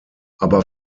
aber